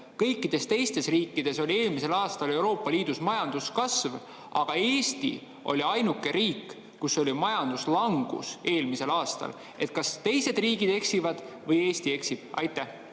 kõikides teistes riikides oli eelmisel aastal Euroopa Liidus majanduskasv, aga Eesti oli ainuke riik, kus oli majanduslangus eelmisel aastal –, siis kas teised riigid eksivad või eksib Eesti?